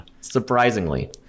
surprisingly